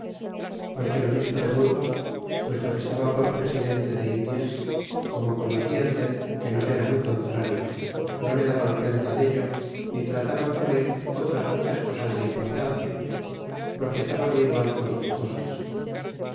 porque el obispo de burgos puesto que estaba por presidente de indias como conocian dél que nos era muy contrario no le daban cuenta dello ni trataban con él otras muchas cosas de importancia porque estaban muy mal con sus cosas